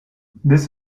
this